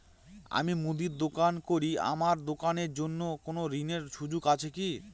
আমি মুদির দোকান করি আমার দোকানের জন্য কোন ঋণের সুযোগ আছে কি?